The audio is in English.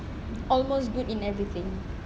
almost good in everything